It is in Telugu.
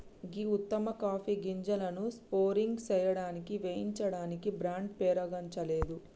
గీ ఉత్తమ కాఫీ గింజలను సోర్సింగ్ సేయడానికి వేయించడానికి బ్రాండ్ పేరుగాంచలేదు